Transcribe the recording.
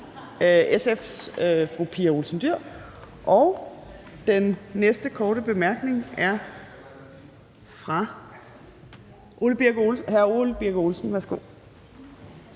SF's fru Pia Olsen Dyhr, og den næste korte bemærkning er fra hr. Ole Birk Olesen. Værsgo.